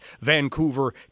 Vancouver